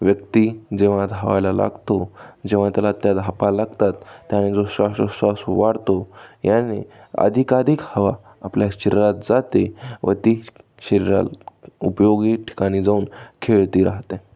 व्यक्ती जेव्हा धावायला लागतो जेव्हा त्याला त्या धापा लागतात त्याने जो श्वासोच्छ्वास वाढतो याने अधिकाधिक हवा आपल्या शरीरात जाते व ती शरीरा उपयोगी ठिकाणी जाऊन खेळती राहते